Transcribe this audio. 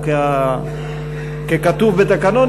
או ככתוב בתקנון,